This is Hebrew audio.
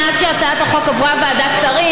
עד שהצעת החוק עברה ועדת שרים,